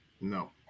No